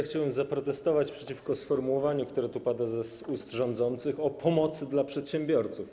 Chciałem zaprotestować przeciwko sformułowaniu, które pada z ust rządzących, o pomocy dla przedsiębiorców.